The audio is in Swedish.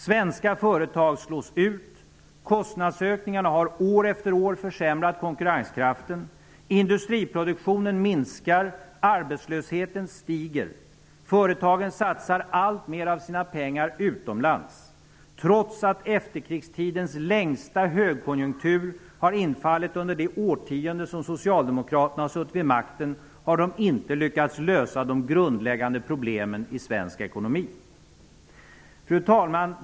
Svenska företag slås ut. Kostnadsökningarna har år efter år försämrat konkurrenskraften, industriproduktionen minskar, arbetslösheten stiger, företagen satsar alltmer av sina pengar utomlands, trots att efterkrigstidens längsta högkonjunktur har infallit under det årtionde som socialdemokraterna har suttit vid makten har de inte lyckats lösa de grundläggande problemen i svensk ekonomi.'' Fru talman!